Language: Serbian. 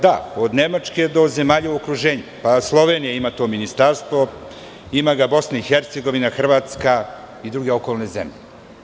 Da, od Nemačke pa do zemalja u okruženju, Slovenija ima to ministarstvo, ima ga BiH, Hrvatska i druge zemlje.